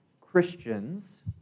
Christians